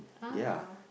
ya